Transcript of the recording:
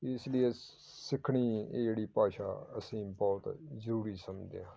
ਇਸ ਲਈ ਸਿੱਖਣੀ ਇਹ ਜਿਹੜੀ ਭਾਸ਼ਾ ਅਸੀਂ ਬਹੁਤ ਜ਼ਰੂਰੀ ਸਮਝਦੇ ਹਾਂ